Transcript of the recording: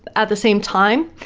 at the same time,